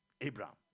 Abraham